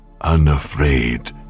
unafraid